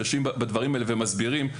שמסבירים.